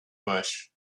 bush